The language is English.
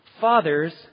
Fathers